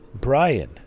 Brian